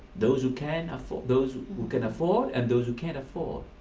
those who can afford those who can afford and those who can't afford.